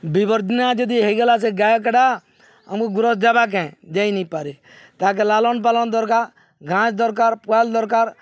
ବିବର୍ଦନା ଯଦି ହେଇଗଲା ସେ ଗାୟକଟା ଆମକୁ ଗ୍ରସ୍ ଦେବାକେଁ ଦେଇାଇନ ପାରେ ତାକେ ଲାଲନ ପାଲନ ଦରକାର ଘାଁସ ଦରକାର ପୁଆାଲ ଦରକାର